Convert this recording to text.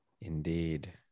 Indeed